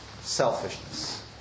selfishness